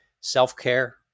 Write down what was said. self-care